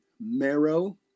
marrow